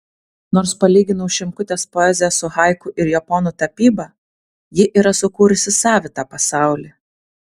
nors palyginau šimkutės poeziją su haiku ir japonų tapyba ji yra sukūrusi savitą pasaulį